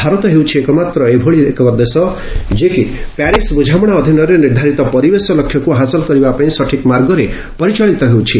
ଭାରତ ହେଉଛି ଏକମାତ୍ର ଏଭଳି ଏକ ଦେଶ ଯିଏକି ପ୍ୟାରିସ୍ ବୁଝାମଣା ଅଧୀନରେ ନିର୍ଦ୍ଧାରିତ ପରିବେଶ ଲକ୍ଷ୍ୟକୁ ହାସଲ କରିବାପାଇଁ ସଠିକ୍ ମାର୍ଗରେ ପରିଚାଳିତ ହେଉଛି